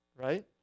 right